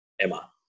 Emma